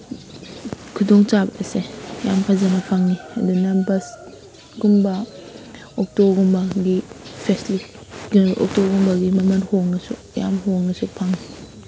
ꯈꯨꯗꯣꯡ ꯆꯥꯕꯁꯦ ꯌꯥꯝ ꯐꯖꯅ ꯐꯪꯏ ꯑꯗꯨꯅ ꯕꯁ ꯀꯨꯝꯕ ꯑꯣꯇꯣꯒꯨꯝꯕꯒꯤ ꯐꯦꯁꯤꯂꯤꯇꯤ ꯑꯣꯇꯣꯒꯨꯝꯕꯒꯤ ꯃꯃꯜ ꯍꯣꯟꯡꯉꯥꯁꯨ ꯌꯥꯝ ꯍꯣꯡꯅꯁꯨ ꯐꯪꯏ